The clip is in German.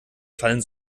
fallen